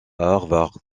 harvard